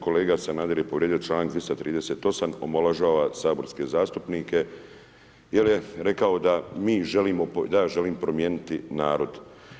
Kolega Sanader je povrijedio članak 238. omalovažava saborske zastupnike jer je rekao da mi želimo, da ja želim promijeniti narod.